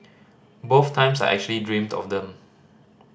both times I actually dreamed of them